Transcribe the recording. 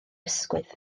ysgwydd